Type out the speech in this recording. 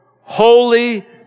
holy